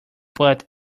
but